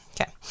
Okay